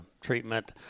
treatment